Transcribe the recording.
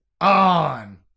on